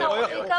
לא יכול להיות.